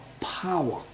power